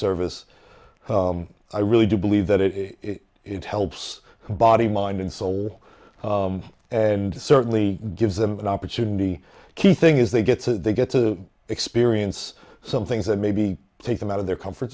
service i really do believe that it is it helps the body mind and soul and certainly gives them an opportunity key thing is they get to they get to experience some things that maybe take them out of their comfort